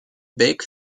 bec